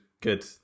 good